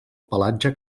pelatge